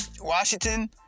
Washington